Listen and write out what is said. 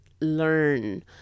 learn